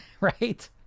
right